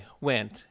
went